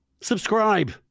Subscribe